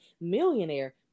millionaire